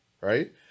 Right